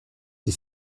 die